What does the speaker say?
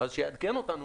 אז שיעדכן אותנו.